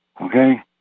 okay